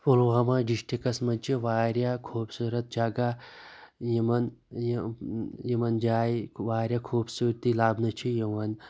Pulwama districts منٛز چھ وارِیاہ خوبصوٗرَت جَگہ یِمَن یِم یِمَن جایہِ وارِیاہ خوبصوٗرَتی لَبنہٕ چھ یِوان